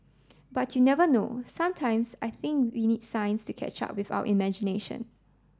but you never know sometimes I think we need science to catch up with our imagination